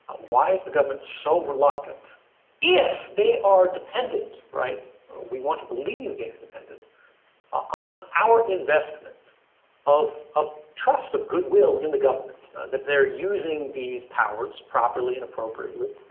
why is the government so reluctant if they are dependent, right we want to believe they're dependent on our investment of of trust, of goodwill in the government that they're using these powers properly and appropriately,